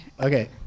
Okay